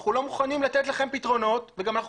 אנחנו לא מוכנים לתת לכם פתרונות וגם אנחנו